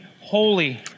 holy